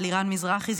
אלירן מזרחי,